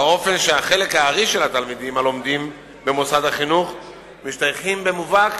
באופן שחלק הארי של התלמידים הלומדים במוסד החינוך משתייכים במובהק